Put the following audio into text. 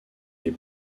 les